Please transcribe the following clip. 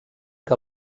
que